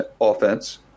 offense